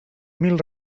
mil